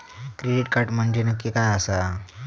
Credit card म्हंजे नक्की काय आसा?